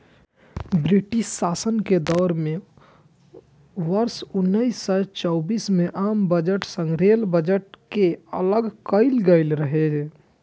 British शासन के दौर मे वर्ष उन्नैस सय चौबीस मे आम बजट सं रेल बजट कें अलग कैल गेल रहै